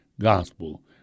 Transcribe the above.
gospel